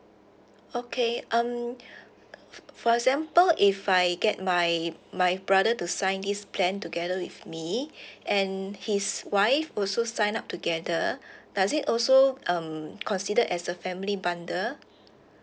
okay um for example if I get my my brother to sign this plan together with me and his wife also sign up together does it also um considered as a family bundle